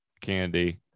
candy